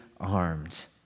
armed